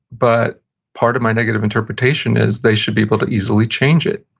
but part of my negative interpretation is they should be able to easily change it.